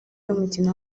y’umukino